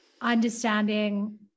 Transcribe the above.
understanding